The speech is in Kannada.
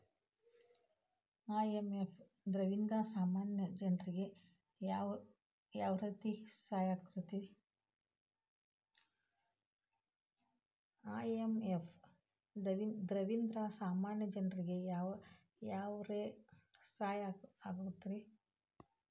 ಐ.ಎಂ.ಎಫ್ ದವ್ರಿಂದಾ ಸಾಮಾನ್ಯ ಜನ್ರಿಗೆ ಯಾವ್ರೇತಿ ಸಹಾಯಾಕ್ಕತಿ?